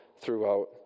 throughout